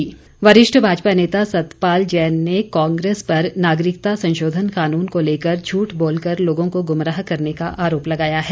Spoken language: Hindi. सतपाल जैन वरिष्ठ भाजपा नेता सतपाल जैन ने कांग्रेस पर नागरिकता संशोधन कानून को लेकर झूठ बोलकर लोगों को गुमराह करने का आरोप लगाया है